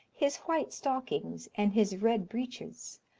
his white stockings, and his red breeches,